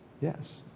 Yes